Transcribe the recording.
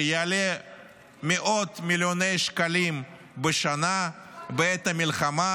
שיעלה מאות מיליוני שקלים בשנה בעת המלחמה,